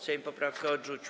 Sejm poprawkę odrzucił.